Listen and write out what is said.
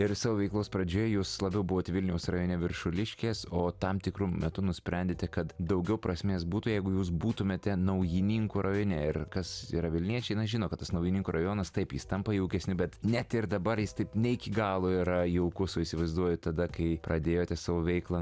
ir savo veiklos pradžioje jūs labiau buvot vilniaus rajone viršuliškės o tam tikru metu nusprendėte kad daugiau prasmės būtų jeigu jūs būtumėte naujininkų rajone ir kas yra vilniečiai na žino kad tas naujininkų rajonas taip jis tampa jaukesniu bet net ir dabar jis taip ne iki galo yra jaukus o įsivaizduojat tada kai pradėjote savo veiklą